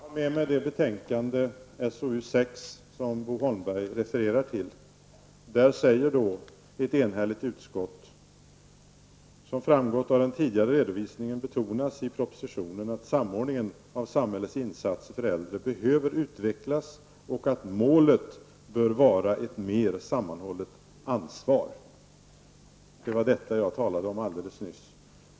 Herr talman! Jag har med mig det betänkande SoU6 som Bo Holmberg refererar till. Där säger ett enhälligt utskott: ''Som framgått av den tidigare redovisningen betonas i propositionen att samordningen av samhällets insatser för äldre behöver utvecklas och att målet bör vara ett mer sammanhållet ansvar''. Det var detta jag talade om alldeles nyss.